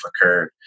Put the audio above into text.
occurred